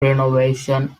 renovation